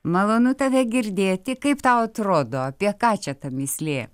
malonu tave girdėti kaip tau atrodo apie ką čia ta mįslė